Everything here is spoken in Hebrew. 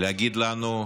להגיד לנו: